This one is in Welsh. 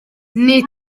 nid